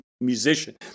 musician